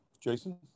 Jason